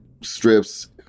strips